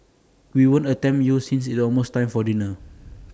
we won't tempt you since it's almost time for dinner